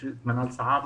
יש את מנאל סעאבנה,